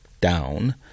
down